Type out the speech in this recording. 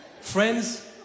Friends